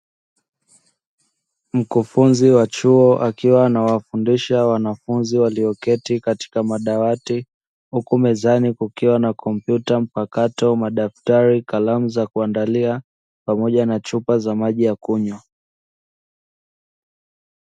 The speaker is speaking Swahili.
Mkufunzi wa chuo akiwa anawafundisha wanafunzi walioketi katika madawati huku mezani kukiwa na kompyuta mpakato madaftari, kalamu za kuandalia, pamoja na chupa za maji ya kunywa.